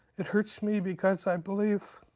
it hurts me because i believe.